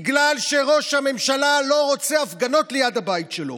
בגלל שראש הממשלה לא רוצה הפגנות ליד הבית שלו.